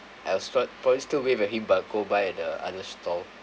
I will s~ probably still wave at him but go buy at the other stall